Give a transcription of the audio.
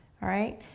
alright,